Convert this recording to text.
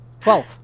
Twelve